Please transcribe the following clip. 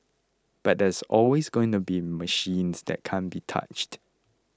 but there's always going to be machines that can't be touched